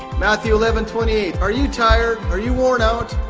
matthew eleven twenty eight, are you tired? are you worn out?